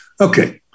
Okay